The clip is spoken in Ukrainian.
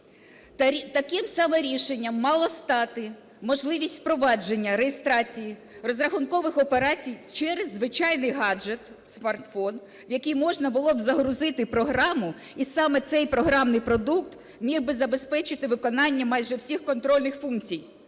Таким саме рішенням мала стати можливість впровадження реєстрації розрахункових операцій через звичайний гаджет – смартфон, в який можна було б загрузити програму, і саме цей програмний продукт міг би забезпечити виконання майже всіх контрольних функцій.